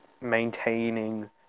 maintaining